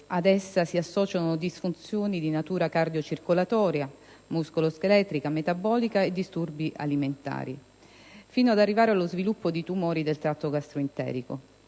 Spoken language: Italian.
si associno disfunzioni di natura cardiocircolatoria, muscoloscheletrica, metabolica e disturbi alimentari, fino ad arrivare allo sviluppo di tumori del tratto gastroenterico.